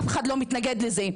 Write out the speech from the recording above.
אף אחד לא מתנגד לזה,